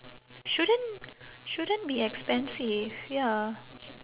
shouldn't shouldn't be expensive ya